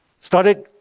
started